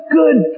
good